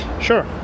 Sure